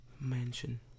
mansion